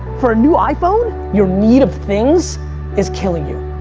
for a new iphone? your need of things is killing you.